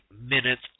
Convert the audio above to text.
minutes